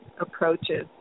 approaches